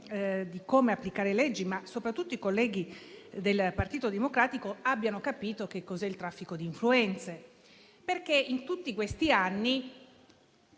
Grazie